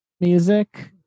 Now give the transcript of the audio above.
Music